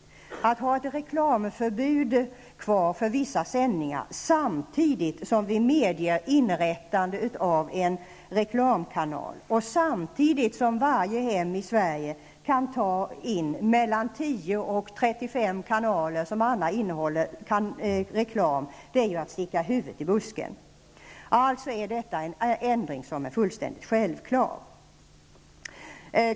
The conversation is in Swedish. Att ha ett reklamförbud kvar för vissa sändningar samtidigt som vi medger inrättande av en reklamkanal och samtidigt som varje hem i Sverige kan ta in mellan 10 och 35 kanaler med reklam är ju att sticka huvudet i busken. Alltså är detta en ändring som är fullständigt självklar.